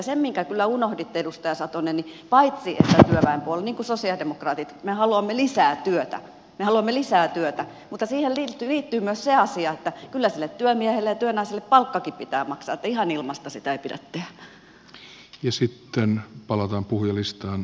se minkä kyllä unohditte edustaja satonen on se että työväenpuolueessa niin kuin sosialidemokraateissa me haluamme lisää työtä mutta siihen liittyy myös se asia että kyllä sille työmiehelle ja työnaiselle palkkakin pitää maksaa ihan ilmaiseksi sitä ei pidä tehdä